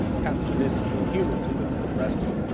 pathogenicity in humans with with reston.